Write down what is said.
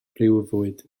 briwfwyd